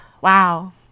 wow